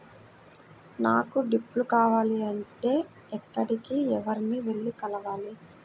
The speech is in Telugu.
నాకు డ్రిప్లు కావాలి అంటే ఎక్కడికి, ఎవరిని వెళ్లి కలవాలి?